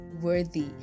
worthy